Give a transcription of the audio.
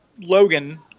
Logan